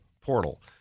portal